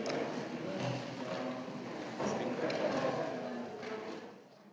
Hvala